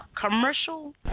Commercial